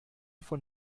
von